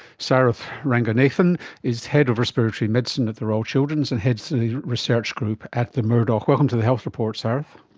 sarath ranganathan is head of respiratory medicine at the royal children's and heads the research group at the murdoch. welcome to the health report, sarath.